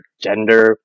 gender